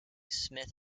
smith